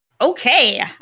okay